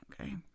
okay